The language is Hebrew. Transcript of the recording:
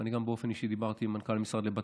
אני באופן אישי דיברתי עם המנכ"ל של משרד לבט"פ,